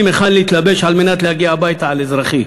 היכן להתלבש על מנת להגיע הביתה על אזרחי.